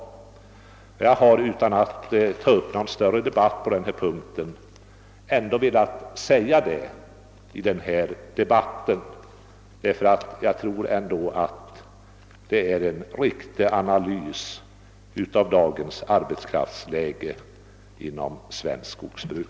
Jag har utan att ta upp någon större debatt på den punkten ändå velat anföra detta. Jag tror nämligen att det är en riktig analys av dagens arbetskraftsläge inom svenskt skogsbruk.